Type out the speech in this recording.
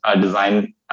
design